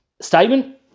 statement